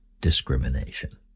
discrimination